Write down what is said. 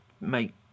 make